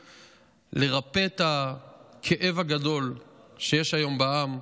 לרפא את הכאב הגדול שיש היום בעם,